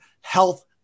health